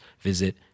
visit